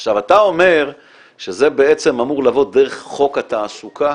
עכשיו אתה אומר שזה אמור לבוא דרך חוק התעסוקה.